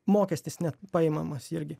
mokestis net paimamas irgi